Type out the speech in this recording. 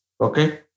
Okay